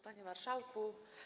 Panie Marszałku!